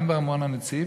גם בארמון-הנציב